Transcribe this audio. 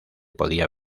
podía